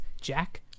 Jack